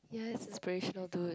ya it's inspirational dude